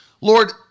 Lord